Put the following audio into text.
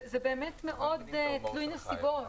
זה באמת תלוי נסיבות.